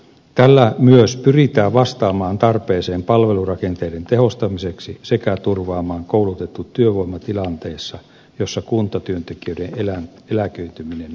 tällä myös pyritään vastaamaan tarpeeseen palvelurakenteiden tehostamiseksi sekä turvaamaan koulutettu työvoima tilanteessa jossa kuntatyöntekijöiden eläköityminen nopeutuu